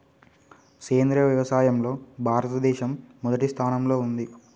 సేంద్రియ వ్యవసాయంలో భారతదేశం మొదటి స్థానంలో ఉంది